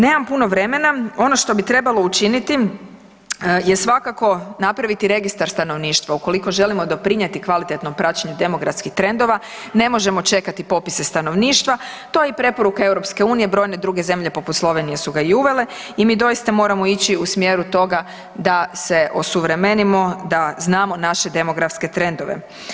Nemam puno vremena, ono što bi trebalo učiniti je svakako napraviti registar stanovništva ukoliko želimo doprinijeti kvalitetnom praćenju demografskih trendova, ne možemo čekati popise stanovništva, to je i preporuka EU-a, brojne druge zemlje poput Slovenije su ga i uvele i mi doista moramo ići u smjeru toga da se osuvremenimo, da znamo naše demografske trendove.